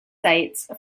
sites